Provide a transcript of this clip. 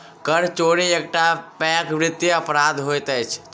कर चोरी एकटा पैघ वित्तीय अपराध होइत अछि